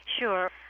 Sure